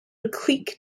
clique